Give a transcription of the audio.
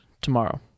tomorrow